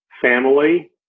family